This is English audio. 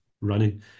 running